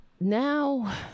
now